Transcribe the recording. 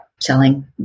selling